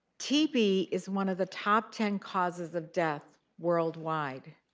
tb is one of the top ten causes of death worldwide.